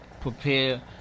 prepare